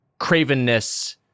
cravenness